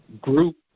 group